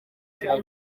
cya